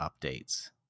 updates